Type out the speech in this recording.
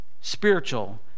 spiritual